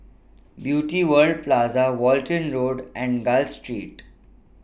Beauty World Plaza Walton Road and Gul Street